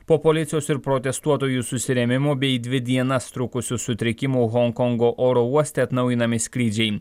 po policijos ir protestuotojų susirėmimų bei dvi dienas trukusių sutrikimų honkongo oro uoste atnaujinami skrydžiai